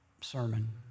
sermon